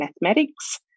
mathematics